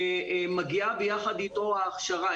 מגיעה ביחד איתם ההכשרה.